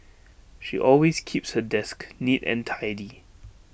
she always keeps her desk neat and tidy